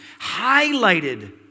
highlighted